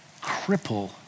cripple